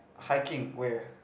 hiking where